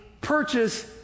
purchase